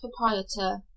proprietor